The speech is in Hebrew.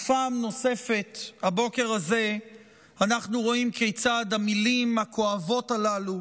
ופעם נוספת הבוקר הזה אנחנו רואים כיצד המילים הכואבות הללו